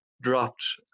dropped